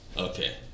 Okay